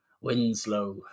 winslow